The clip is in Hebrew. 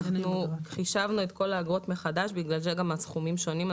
אנחנו חישבנו את כל האגרות מחדש בגלל שגם הסכומים שונים.